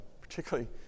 particularly